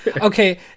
Okay